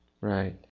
Right